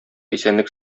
исәнлек